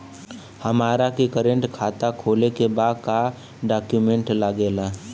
हमारा के करेंट खाता खोले के बा का डॉक्यूमेंट लागेला?